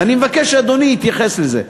ואני מבקש שאדוני יתייחס לזה.